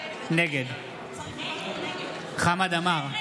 נגד חמד עמאר,